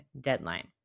deadline